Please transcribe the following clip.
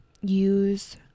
use